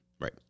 right